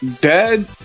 dead